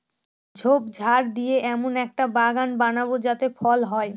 ঝোপঝাড় দিয়ে এমন একটা বাগান বানাবো যাতে ফল হয়